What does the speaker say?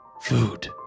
food